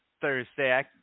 Thursday